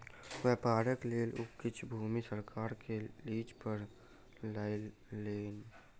व्यापारक लेल ओ किछ भूमि सरकार सॅ लीज पर लय लेलैन